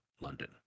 London